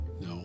No